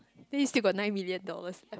today's sweep got nine million dollars